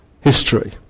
history